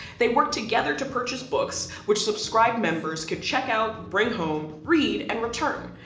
they worked together to purchase books, which subscribed members could check out, bring home, read, and return.